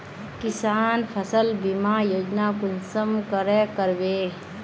किसान फसल बीमा योजना कुंसम करे करबे?